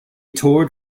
toured